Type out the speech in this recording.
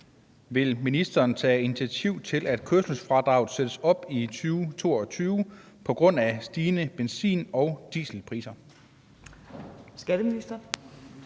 Vil ministeren tage initiativ til, at kørselsfradraget sættes op i 2022 på grund af stigende benzin- og dieselpriser?